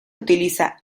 utiliza